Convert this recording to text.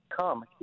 come